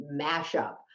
mashup